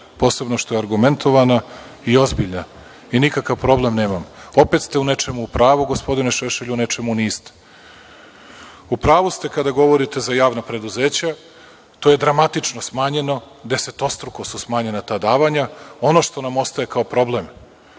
posebno što je argumentovana i ozbiljna. Nikakav problem nemam. Opet ste u nečemu u pravu, gospodine Šešelj, u nečemu niste. U pravu ste kada govorite za javna preduzeća. To je dramatično smanjeno. Desetostruko su smanjena ta davanja. Ono što nam ostaje kao problem,